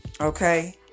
Okay